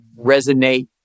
resonate